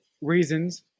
reasons